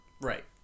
Right